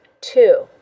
two